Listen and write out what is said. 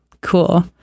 cool